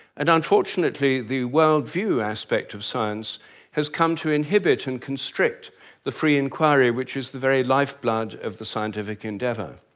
and unfortunately the world view aspect of science has come to inhibit and constrict the free inquiry which is the very lifeblood of the scientific endeavour.